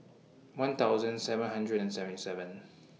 one thousand seven hundred and seventy seven